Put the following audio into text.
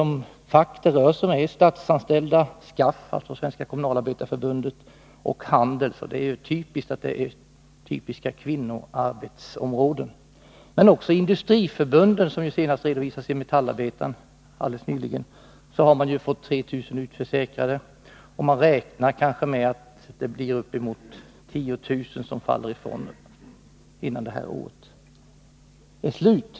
De fack som berörs är Statsanställdas förbund, SKAF, dvs. Svenska kommunalarbetareförbundet och Handels. Medlemmarna där arbetar inom typiska kvinnoområden. Men också i industriförbunden, vilket redovisades i Metallarbetaren helt nyligen, har man fått 3 000 utförsäkrade. Man räknar med att det kanske blir uppemot 10 000 som faller ifrån innan detta år är slut.